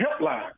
helpline